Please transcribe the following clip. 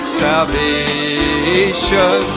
salvation